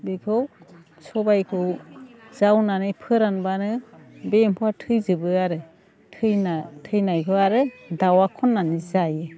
बेखौ सबाइखौ जावनानै फोरानबानो बे एम्फौआ थैजोबो आरो थैनाय थैनायखौ आरो दाउआ खननानै जायो